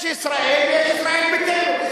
יש ישראל, ויש ישראל ביתנו.